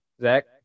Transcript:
Zach